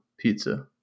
pizza